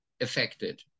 affected